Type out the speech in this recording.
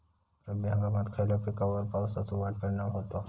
रब्बी हंगामात खयल्या पिकार पावसाचो वाईट परिणाम होता?